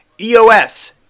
EOS